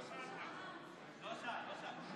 הצעת חוק חסינות חברי הכנסת, זכויותיהם וחובותיהם.